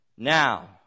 Now